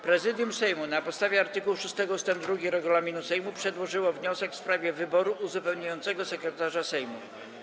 Prezydium Sejmu na podstawie art. 6 ust. 2 regulaminu Sejmu przedłożyło wniosek w sprawie wyboru uzupełniającego sekretarza Sejmu.